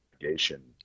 navigation